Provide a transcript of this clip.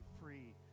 free